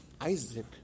Isaac